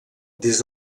des